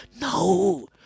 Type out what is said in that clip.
No